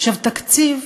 עכשיו, תקציב,